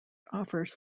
offers